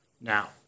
Now